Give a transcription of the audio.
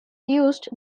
used